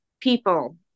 people